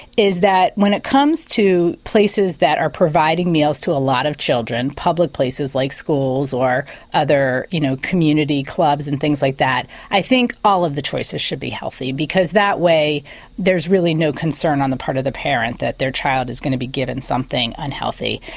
is that when it comes to places that are providing meals to a lot of children, public places like schools or other you know community clubs and things like that. i think all of the choices should be healthy because that way there's really no concern on the part of the parent that their child is going to be given something unhealthy.